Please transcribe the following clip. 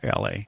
LA